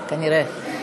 כנראה.